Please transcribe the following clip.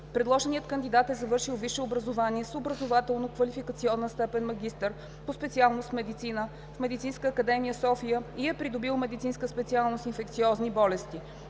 Предложеният кандидат е завършил висше образование с образователно-квалификационна степен „магистър“ по специалност „Медицина“ в Медицинска академия, София и е придобил медицинска специалност „Инфекциозни болести“.